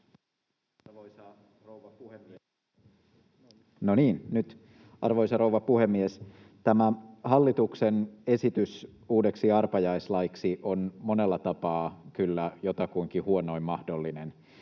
Arvoisa rouva puhemies! Tämä hallituksen esitys uudeksi arpajaislaiksi on monella tapaa kyllä jotakuinkin huonoin mahdollinen.